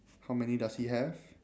how many does he have